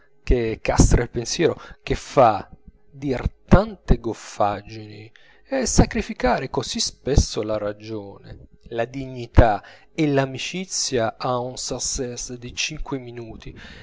che castra il pensiero che fa dir tante goffaggini e sacrificare così spesso la ragione la dignità e l'amicizia a un succés di cinque minuti